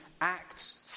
acts